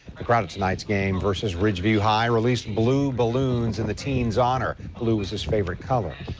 the crowd at tonight's game versus ridgeview high released blue balloons in the team's honor. blue was his favorite color.